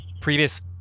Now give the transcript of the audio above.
previous